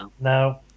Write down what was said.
No